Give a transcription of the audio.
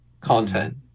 content